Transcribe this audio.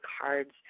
cards